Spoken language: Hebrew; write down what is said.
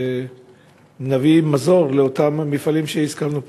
ונביא מזור לאותם המפעלים שהזכרנו פה.